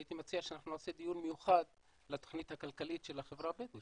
הייתי מציע שנעשה דיון מיוחד לתוכנית הכלכלית של החברה הבדואית.